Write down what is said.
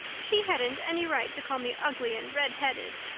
she hadn't any right to call me ugly and redheaded,